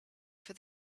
for